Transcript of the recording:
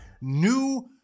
New